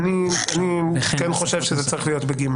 אני כן חושב שזה צריך להיות ב-(ג),